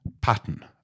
pattern